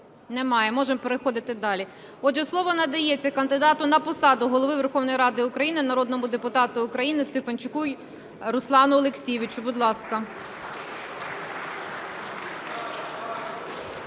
Немає. Можемо переходити далі. Отже, слово надається кандидату на посаду Голови Верховної Ради України – народному депутату України Стефанчуку Руслану Олексійовичу, будь ласка.